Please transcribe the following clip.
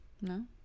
no